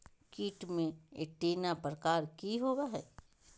कीट के एंटीना प्रकार कि होवय हैय?